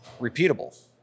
repeatable